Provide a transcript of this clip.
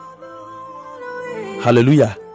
hallelujah